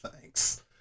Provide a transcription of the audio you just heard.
thanks